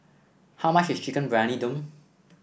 how much is Chicken Briyani Dum